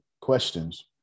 questions